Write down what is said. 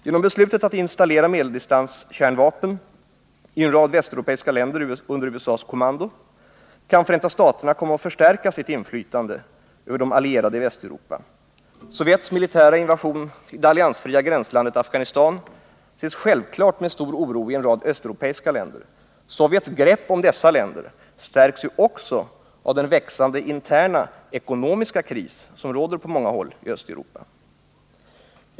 Genom beslutet att installera medeldistanskärnvapen i en lång rad västeuropeiska länder under USA:s kommando kan Förenta staterna komma att förstärka sitt inflytande över de allierade i Västeuropa. Sovjetunionens militära invasion i det alliansfria gränslandet Afghanistan ses självfallet med stor oro i en rad östeuropeiska länder. Sovjets grepp om dessa länder stärks också av den växande interna, ekonomiska kris som råder på många håll i Östeuropa.